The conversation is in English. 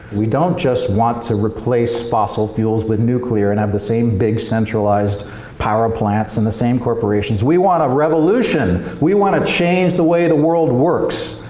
we don't just want to replace fossil fuels with nuclear and have the same big centralized power plants, and the same corporations we want a revolution! we want to change the way the world works!